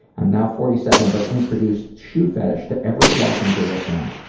i'm now forty seven but introduced shoe fetish to every wife and girlfriend.